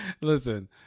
listen